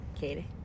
katie